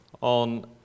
on